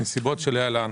בנסיבות שלהלן: